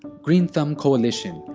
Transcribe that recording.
green thumb coalition,